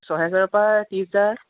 ছহেজাৰৰ পৰা ত্ৰিছহাজাৰ